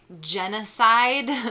genocide